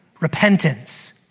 Repentance